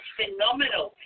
phenomenal